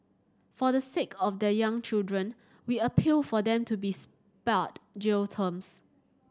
for the sake of their young children we appeal for them to be spared jail terms